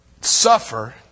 suffer